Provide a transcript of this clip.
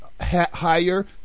higher